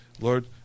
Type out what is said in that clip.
Lord